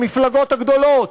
המפלגות הגדולות.